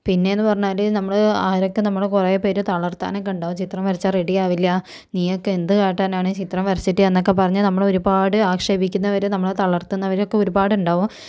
പിന്നെയെന്ന് പറഞ്ഞാൽ നമ്മൾ ആരെയൊക്കെ നമ്മളെ കുറേപ്പേർ തളർത്താനൊക്കെയുണ്ടാകും ചിത്രം വരച്ചാൽ റെഡി ആകില്ലാ നീയൊക്കെ എന്ത് കാട്ടാനാണ് ചിത്രം വരച്ചിട്ട് എന്നൊക്കെ പറഞ്ഞ് നമ്മളെ ഒരുപാട് ആക്ഷേപിക്കുന്നവർ നമ്മളെ തളർത്തുന്നവരൊക്കെ ഒരുപാടുണ്ടാകും